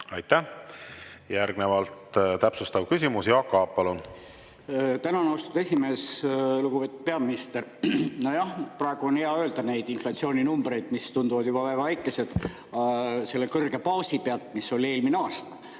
Aitäh! Järgnevalt täpsustav küsimus. Jaak Aab, palun! Tänan, austatud esimees! Lugupeetud peaminister! Praegu on hea öelda neid inflatsiooninumbreid, mis tunduvad juba väga väikesed selle kõrge baasi pealt, mis oli eelmine aasta.